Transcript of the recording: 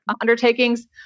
undertakings